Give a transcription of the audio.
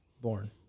born